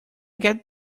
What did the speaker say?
get